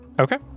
Okay